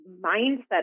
mindset